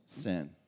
sin